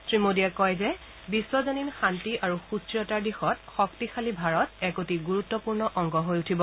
শ্ৰীমোডীয়ে কয় যে বিশ্বজনীন শান্তি আৰু সুস্থিৰতাৰ দিশত শক্তিশালী ভাৰত এক অতি গুৰুত্বপূৰ্ণ অংগ হৈ উঠিব